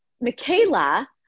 Michaela